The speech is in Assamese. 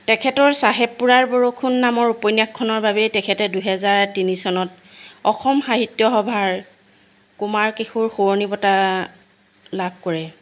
তেখেতৰ চাহেবপুৰাৰ বৰষুণ নামৰ উপন্যাসখনৰ বাবে তেখেতে দুহেজাৰ তিনি চনত অসম সাহিত্য সভাৰ কুমাৰ কেশুৰ সোঁৱৰণি বঁটা লাভ কৰে